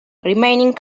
remaining